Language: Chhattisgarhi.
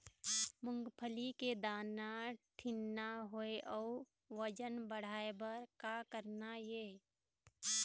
मूंगफली के दाना ठीन्ना होय अउ वजन बढ़ाय बर का करना ये?